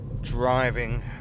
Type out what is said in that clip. driving